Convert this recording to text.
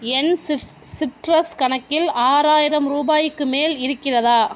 என் சிட் சிட்ரஸ் கணக்கில் ஆறாயிரம் ருபாய்க்கு மேல் இருக்கிறதா